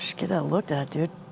should get that looked at, dude.